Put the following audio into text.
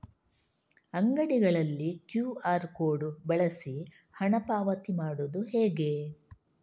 ಅಂಗಡಿಗಳಲ್ಲಿ QR code ಬಳಸಿ ಹಣ ಪಾವತಿ ಮಾಡೋದು ಹೇಗೆ?